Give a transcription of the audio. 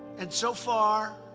and so far,